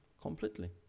Completely